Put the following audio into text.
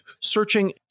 searching